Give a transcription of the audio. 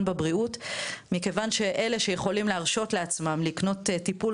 בבריאות מכיוון שאלו שיכולים להרשות לעצמם לקנות טיפול